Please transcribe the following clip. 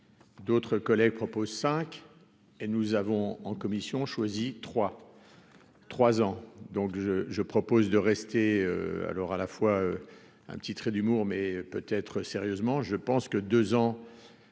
d'autres collègues, propose 5 et nous avons en commission choisi trois 3 ans donc je je propose de rester à l'heure à la fois un petit trait d'humour, mais peut être sérieusement je pense que 2 ans